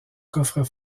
coffre